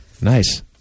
Nice